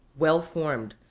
well formed,